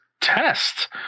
test